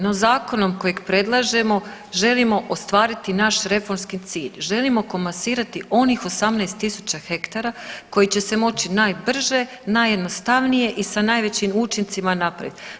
No zakonom kojeg predlažemo želimo ostvariti naš reformski cilj, želimo komasirati onih 18 tisuća hektara koji će se moći najbrže, najjednostavnije i sa najvećim učincima napravit.